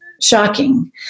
shocking